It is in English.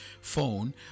phone